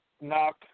knock